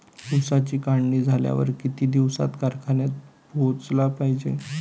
ऊसाची काढणी झाल्यावर किती दिवसात कारखान्यात पोहोचला पायजे?